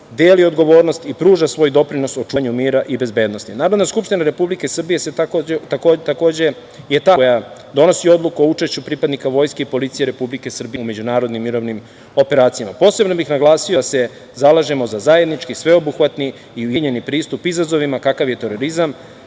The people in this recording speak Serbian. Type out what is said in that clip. deli odgovornost i pruža svoj doprinos u očuvanju mira i bezbednosti. Narodna skupština Republike Srbije takođe je ta koja donosi odluku o učešću pripadnika vojske i policije Republike Srbije u međunarodnim mirovnim operacijama. Posebno bih naglasio da se zalažemo za zajednički, sveobuhvatni i ujedinjeni pristup izazovima kakav je terorizam